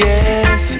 Yes